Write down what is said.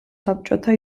საბჭოთა